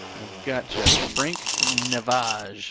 i've got you, frank navage,